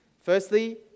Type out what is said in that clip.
Firstly